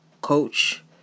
coach